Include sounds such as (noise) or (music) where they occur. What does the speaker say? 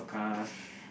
(breath)